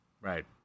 right